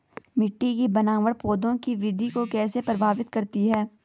मिट्टी की बनावट पौधों की वृद्धि को कैसे प्रभावित करती है?